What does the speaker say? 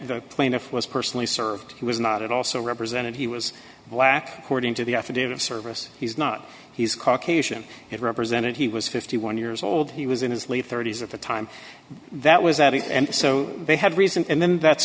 the plaintiff was personally served he was not also represented he was black cording to the affidavit of service he's not he's caucasian it represented he was fifty one years old he was in his late thirty's at the time that was that and so they had reason and then that